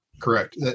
correct